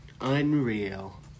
unreal